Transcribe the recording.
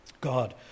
God